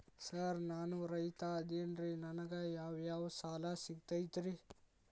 Sir ನಾನು ರೈತ ಅದೆನ್ರಿ ನನಗ ಯಾವ್ ಯಾವ್ ಸಾಲಾ ಸಿಗ್ತೈತ್ರಿ?